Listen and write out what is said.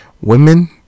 Women